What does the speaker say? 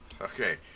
Okay